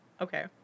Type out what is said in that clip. Okay